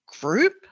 group